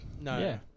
No